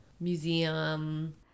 museum